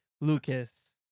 Lucas